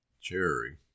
cherry